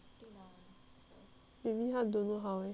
maybe 他 don't know how eh